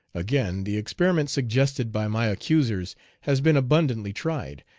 again, the experiment suggested by my accusers has been abundantly tried,